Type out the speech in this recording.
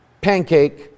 pancake